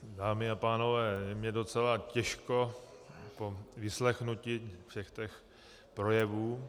Dámy a pánové, je mi docela těžko po vyslechnutí všech těch projevů.